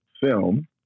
film